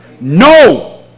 No